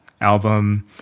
album